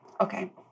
Okay